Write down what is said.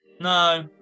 No